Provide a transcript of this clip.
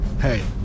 Hey